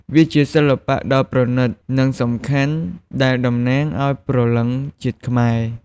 វាជាសិល្បៈដ៏ប្រណិត និងសំខាន់ដែលតំណាងឱ្យព្រលឹងជាតិខ្មែរ។